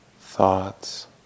thoughts